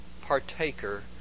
partaker